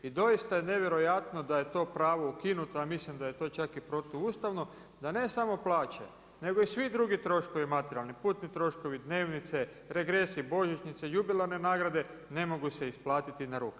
I doista je nevjerojatno da je to pravo ukinuto a mislim da je to čak i protuustavno da ne samo plaće nego i svi drugi troškovi materijalni, putni troškovi, dnevnice, regresi, božićnice, jubilarne nagrade ne mogu se isplatiti na ruke.